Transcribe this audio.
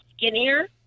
skinnier